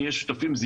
עם